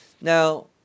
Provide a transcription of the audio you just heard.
Now